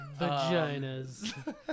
vaginas